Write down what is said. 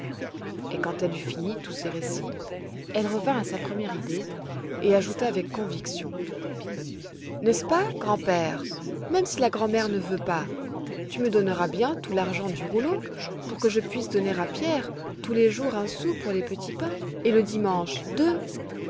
et quand elle eut fini tous ses récits elle revint à sa première idée et ajouta avec conviction n'est-ce pas grand-père même si la grand mère ne veut pas tu me donneras bien tout l'argent du rouleau pour que je puisse donner à pierre tous les jours un sou pour les petits pains et le dimanche deux